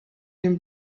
dem